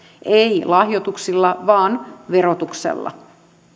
ei lahjoituksilla vaan verotuksella